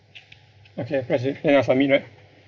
okay I pressed already then I submit right